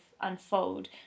unfold